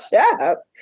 up